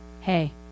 hey